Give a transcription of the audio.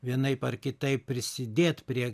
vienaip ar kitaip prisidėt prie